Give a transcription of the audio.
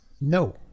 no